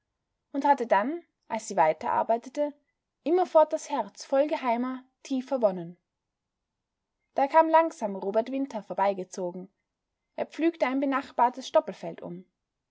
und hatte dann als sie weiterarbeitete immerfort das herz voll geheimer tiefer wonnen da kam langsam robert winter vorbeigezogen er pflügte ein benachbartes stoppelfeld um